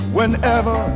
Whenever